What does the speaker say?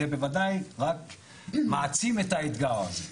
זה בוודאי רק מעצים את האתגר הזה.